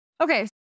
Okay